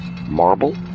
marble